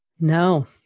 No